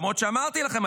למרות שאמרתי לכם,